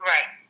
Right